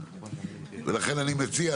ולכן אני מציע,